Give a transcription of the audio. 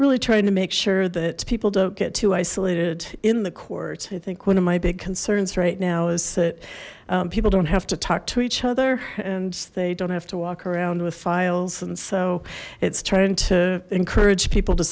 really trying to make sure that people don't get too isolated in the court i think one of my big concerns right now is that people don't have to talk to each other and they don't have to walk around with files and so it's trying to encourage people to